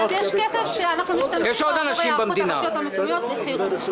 יש כסף שאנחנו משתמשים בו להיערכות הרשויות המקומיות בחירום.